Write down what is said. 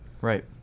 Right